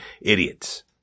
idiots